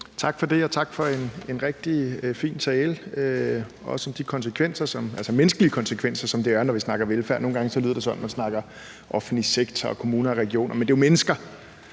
Tak for det, og tak for en rigtig fin tale, også om de konsekvenser, altså de menneskelige konsekvenser, der er, når vi snakker velfærd. Nogle gange lyder det, som om man snakker offentlig sektor og kommuner og regioner, men det er jo mennesker